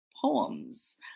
poems